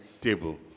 table